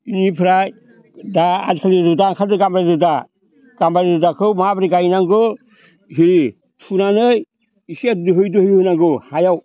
इनिफ्राय दा आजिखालि रोदा ओंखारदों गामबारि रोदा गामबारि रोदाखौ माबोरै गायनांगौ थुनानै इसे दोयै दोयैहोनांगौ हायाव